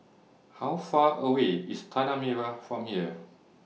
How Far away IS Tanah Merah from here